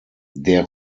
der